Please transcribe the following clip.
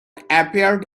appeared